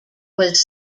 was